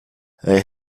they